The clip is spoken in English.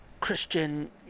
Christian